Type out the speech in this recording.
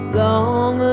long